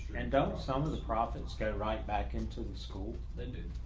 and out some of the profits go right back into the school, they do.